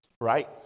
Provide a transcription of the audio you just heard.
Right